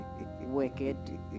wicked